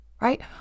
right